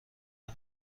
های